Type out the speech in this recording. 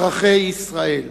אזרחי ישראל.